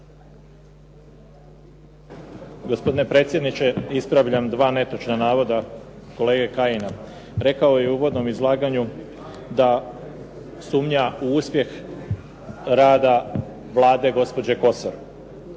Gospodine predsjedniče. Ispravljam dva netočna navoda kolege Kajina. Rekao je u uvodnom izlaganju da sumnja u uspjeh rada Vlade gospođe Kosor,